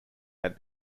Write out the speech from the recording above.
had